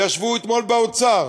וישבו אתמול באוצר,